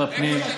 שר הפנים,